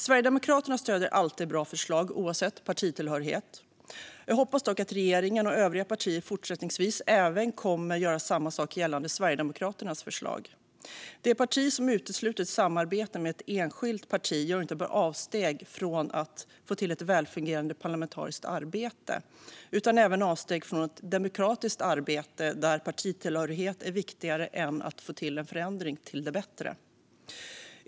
Sverigedemokraterna stöder alltid bra förslag oavsett vilken partitillhörighet den som kommer med förslaget har. Jag hoppas att regeringen och övriga partier fortsättningsvis kommer att göra samma sak även gällande Sverigedemokraternas förslag. Det parti som utesluter ett samarbete med ett enskilt parti gör inte bara avsteg från att få till ett välfungerande parlamentariskt arbete. Det partiet gör även avsteg från ett demokratiskt arbete. Partitillhörigheten är då viktigare än att få till en förändring till det bättre.